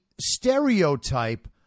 stereotype